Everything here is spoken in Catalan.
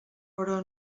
però